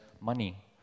money